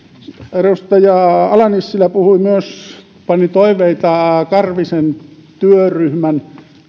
edustaja ala nissilä pani myös toiveita selvityshenkilö karhisen työryhmän